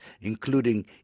including